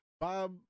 Bob